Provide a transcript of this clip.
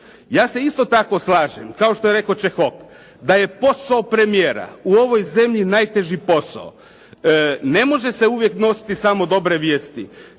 Ja se isto tako slažem, kao što je rekao Čehok, da je posao premijera u ovoj zemlji najteži posao. Ne može se uvijek nositi samo dobre vijesti,